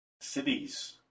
cities